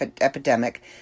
epidemic